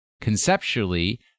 Conceptually